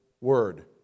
word